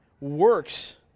works